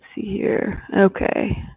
here. okay.